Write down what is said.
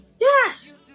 Yes